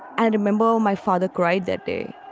and a member. my father cried that day